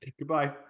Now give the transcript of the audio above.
Goodbye